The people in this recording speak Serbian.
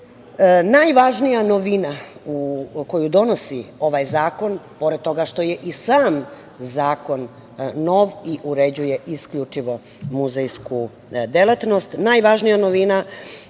građe. Najvažnija novina koju donosi ovaj zakon, pored toga što je i sam zakon nov i uređuje isključivo muzejsku delatnost, najvažnija novina